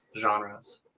genres